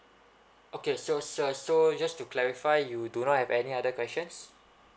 okay so sir so just to clarify you do not have any other questions